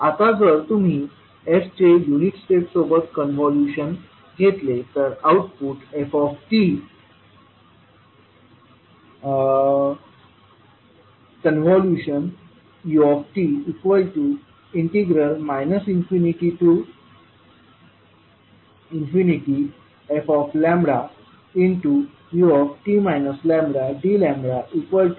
आता जर तुम्ही f चे युनिट स्टेप सोबत कॉन्व्होल्यूशन घेतले तर output ft ut ∞fut λdλ ∞tfdλ